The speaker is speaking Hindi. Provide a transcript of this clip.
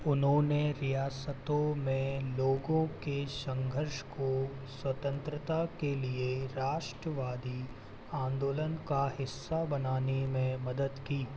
उन्होंने रियासतों में लोगों के संघर्ष को स्वतंत्रता के लिए राष्ट्रवादी आंदोलन का हिस्सा बनाने में मदद की